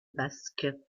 basque